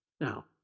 Now